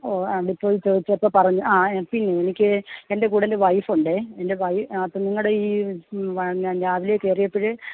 ഓ ആ ഡിപ്പോയില് ചോദിച്ചപ്പോള് പറഞ്ഞു ആ പി എനിക്ക് എന്റെ കൂടെ എന്റെ വൈഫുണ്ടേ എന്റെ വൈ അപി നിങ്ങളുടെ ഈ രാവിലെ കയറിയപ്പോള്